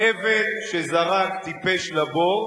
אבן שזרק טיפש לבור,